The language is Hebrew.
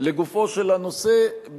לגופו של הנושא,